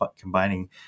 combining